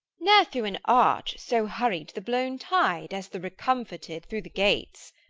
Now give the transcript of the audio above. ne'er through an arch so hurried the blown tide as the recomforted through the gates.